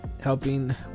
helping